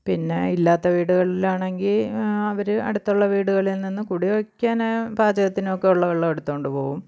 പിന്നെ ഇല്ലാത്ത വീടുകളിലാണെങ്കിൽ അവർ അടുത്തുള്ള വീടുകളില് നിന്നും കുടിക്കാനും പാചകത്തിനൊക്കെ ഉള്ള വെള്ളം എടുത്തുകൊണ്ട് പോവും